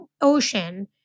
ocean